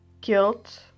guilt